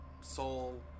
Soul